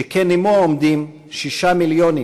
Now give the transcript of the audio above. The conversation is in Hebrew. שכן עמו עומדים שישה מיליונים